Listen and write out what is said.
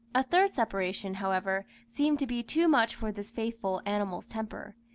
a third separation, however, seemed to be too much for this faithful animal's temper.